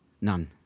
None